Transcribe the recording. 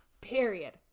Period